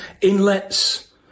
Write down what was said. inlets